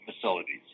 facilities